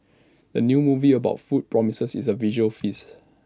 the new movie about food promises A visual feast